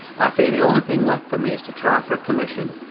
i fear the only thing left for me is to try for a commission.